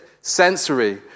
sensory